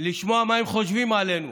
לשמוע מה הם חושבים עלינו,